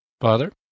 Father